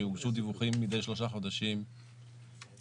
שיוגשו דיווחים מדי שלושה חודשים בנושא.